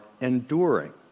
enduring